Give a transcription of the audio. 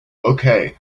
okay